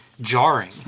Jarring